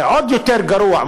זה עוד יותר גרוע.